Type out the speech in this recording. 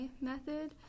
method